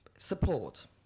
support